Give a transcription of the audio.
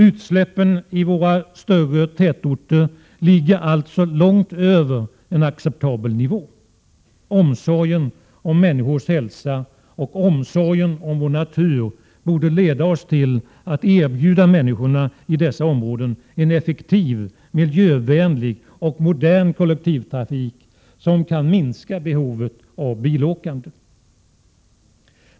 Utsläppen i våra större tätorter ligger alltså långt över en acceptabel nivå. Omsorgen om människors hälsa och omsorgen om vår natur borde leda oss till att erbjuda människorna i dessa områden en effektiv miljövänlig och modern kollektivtrafik som kan minska behovet av bilåkande.